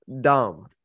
dumb